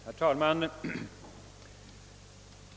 Herr talman!